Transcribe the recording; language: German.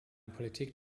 politik